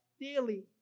daily